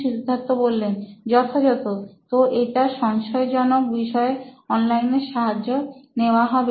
সিদ্ধার্থ যথাযথ তো এটা সংশয়জনক বিষয়ে অনলাইনে সাহায্য নেওয়া হবে